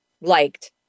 liked